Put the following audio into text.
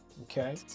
Okay